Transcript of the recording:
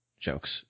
jokes